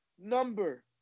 number